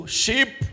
sheep